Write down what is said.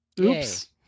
Oops